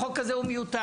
החוק הזה הוא מיותר,